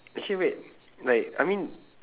actually wait like I mean